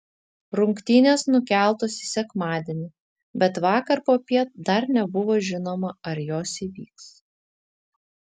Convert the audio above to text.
rungtynės nukeltos į sekmadienį bet vakar popiet dar nebuvo žinoma ar jos įvyks